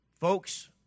Folks